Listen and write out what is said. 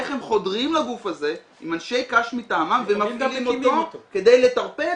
איך הם חודרים לגוף הזה עם אנשי קש מטעמם ו- - -אותו כדי לטרפד